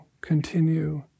continue